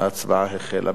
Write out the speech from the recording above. ההצבעה החלה.